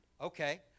okay